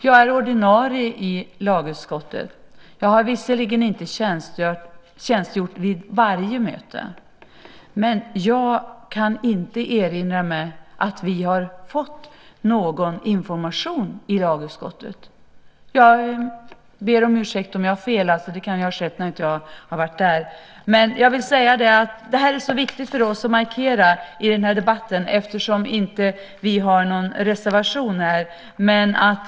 Jag är ordinarie i lagutskottet. Jag har visserligen inte tjänstgjort vid varje möte, men jag kan inte erinra mig att vi har fått någon information i lagutskottet. Jag ber om ursäkt om jag har fel - det kan ha skett när jag inte har varit där. Men det är viktigt för oss att markera det här i debatten, eftersom vi inte har någon reservation här.